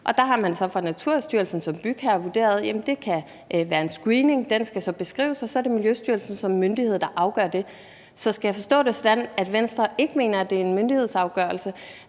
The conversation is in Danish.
og der har Naturstyrelsen så som bygherre vurderet, at det kan være en screening. Den skal så beskrives, og det er Naturstyrelsen som myndighed, der afgør det. Så skal jeg forstå det sådan, at Venstre ikke mener, at det er en myndighedsafgørelse?